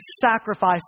sacrifice